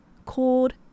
called